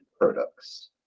products